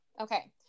Okay